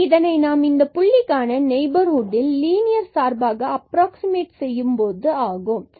இனி இதனை நாம் புள்ளிக்கான நெய்பர்ஹுட்டில் லீனியர் சார்பாக அப்ராக்ஸிமட் செய்யப்படும்போது கிடைப்பது ஆகும்